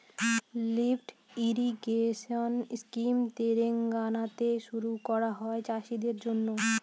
lift irrigation scheme তেলেঙ্গানাতে শুরু করা হয় চাষীদের জন্য